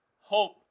Hope